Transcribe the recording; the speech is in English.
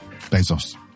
Bezos